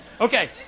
Okay